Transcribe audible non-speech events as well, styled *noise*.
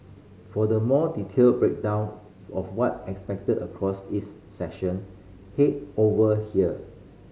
for the more detailed breakdown of what expect across *unintelligible* session head over here